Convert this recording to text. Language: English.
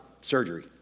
surgery